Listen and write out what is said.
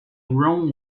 room